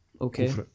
Okay